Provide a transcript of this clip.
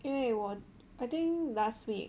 因为我 I think last week